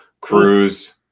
Cruz